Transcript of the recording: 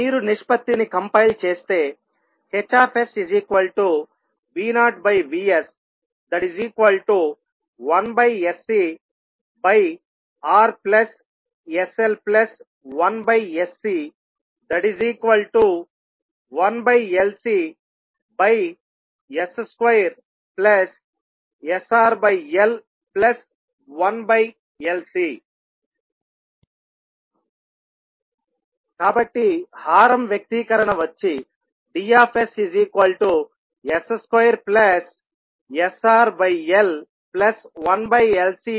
మీరు నిష్పత్తిని కంపైల్ చేస్తే HsV0Vs1sCRsL1sC1LCs2sRL1LC కాబట్టి హారం వ్యక్తీకరణ వచ్చి Ds2sRL1LC0 అవుతుంది